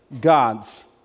God's